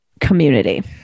community